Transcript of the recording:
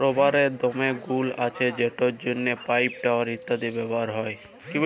রাবারের দমে গুল্ আছে যেটর জ্যনহে পাইপ, টায়ার ইত্যাদিতে ব্যাভার হ্যয়